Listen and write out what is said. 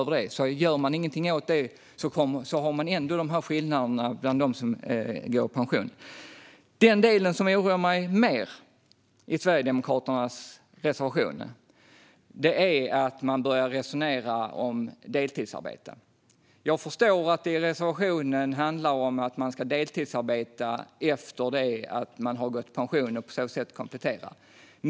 Om man inte gör någonting åt det finns skillnaderna ändå mellan dem som går i pension. Den del i Sverigedemokraternas reservation som oroar mig mer är att de börjar resonera om deltidsarbete. Jag förstår att det i reservationen handlar om att man ska deltidsarbeta efter att man har gått i pension och att man på så sätt ska kunna komplettera.